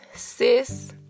sis